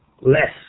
less